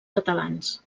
catalans